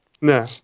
No